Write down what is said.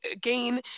gain